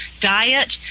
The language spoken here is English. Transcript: diet